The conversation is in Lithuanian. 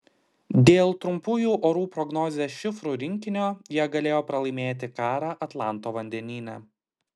dėl trumpųjų orų prognozės šifrų rinkinio jie galėjo pralaimėti karą atlanto vandenyne